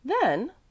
Then